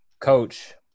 coach